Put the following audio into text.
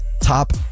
top